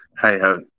hey-ho